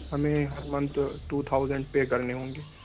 ہمیں ہر month two thousand pay کرنے ہوں گے